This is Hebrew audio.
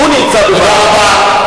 הוא נמצא בבעיה.